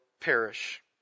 perish